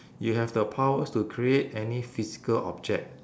you have the powers to create any physical object